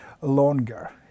longer